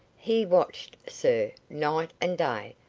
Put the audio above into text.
he watched, sir, night and day,